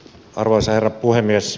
arvoisa herra puhemies